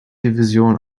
division